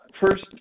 First